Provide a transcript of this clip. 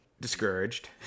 Discouraged